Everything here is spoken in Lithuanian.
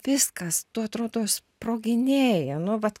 viskas tu atrodo sproginėji nu vat